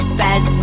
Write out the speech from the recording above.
bed